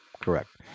correct